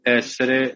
essere